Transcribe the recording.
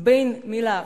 בין המלה "פאשיזם"